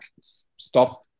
stop